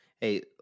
Hey